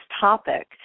topic